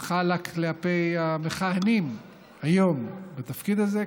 חל כלפי המכהנים היום בתפקיד הזה,